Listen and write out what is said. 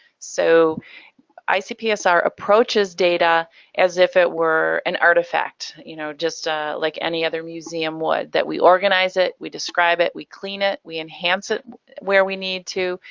so icpsr approaches data as if it were an artifact, you know, just ah like any other museum would. that we organize it, we describe it, we clean it, we enhance it where we need to,